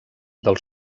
del